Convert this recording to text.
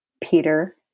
Peter